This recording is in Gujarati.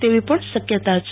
તેવી પણ શક્યતા છે